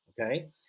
okay